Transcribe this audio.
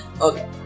Okay